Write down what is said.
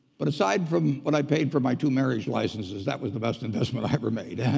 but aside from what i paid for my two marriage licenses, that was the best investment i ever made.